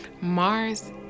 Mars